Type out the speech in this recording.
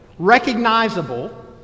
recognizable